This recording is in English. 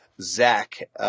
Zach